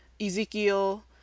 Ezekiel